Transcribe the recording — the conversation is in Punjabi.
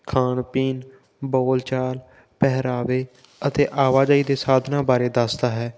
ਖਾਣ ਪੀਣ ਬੋਲ ਚਾਲ ਪਹਿਰਾਵੇ ਅਤੇ ਆਵਾਜਾਈ ਦੇ ਸਾਧਨਾਂ ਬਾਰੇ ਦੱਸਦਾ ਹੈ